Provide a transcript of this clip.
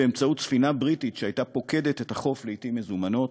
באמצעות ספינה בריטית שהייתה פוקדת את החוף לעתים מזומנות,